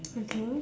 okay